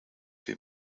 few